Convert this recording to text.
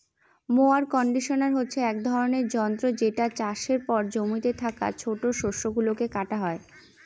mower conditioner হচ্ছে এক ধরনের যন্ত্র যেটা চাষের পর জমিতে থাকা ছোট শস্য গুলোকে কাটা হয়